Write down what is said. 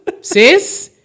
Sis